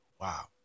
wow